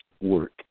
work